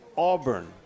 Auburn